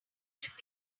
should